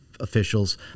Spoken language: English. officials